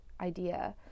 idea